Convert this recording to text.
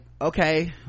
okay